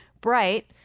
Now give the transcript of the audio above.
*Bright*